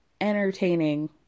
entertaining